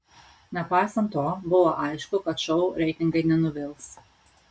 nepaisant to buvo aišku kad šou reitingai nenuvils